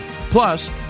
Plus